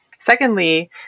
Secondly